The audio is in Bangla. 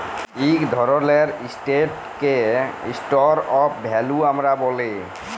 ইক ধরলের এসেটকে স্টর অফ ভ্যালু আমরা ব্যলি